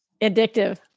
Addictive